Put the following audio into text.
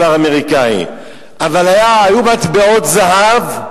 היו מטבעות זהב,